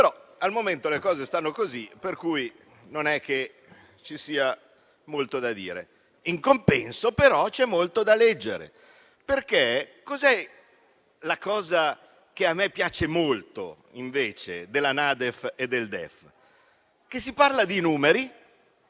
Al momento però le cose stanno così, per cui non è che ci sia molto da dire. In compenso, però c'è molto da leggere. Qual è la cosa che a me piace molto invece della NADEF e del DEF? È che si parla di numeri